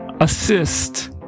assist